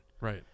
right